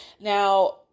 Now